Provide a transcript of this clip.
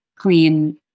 clean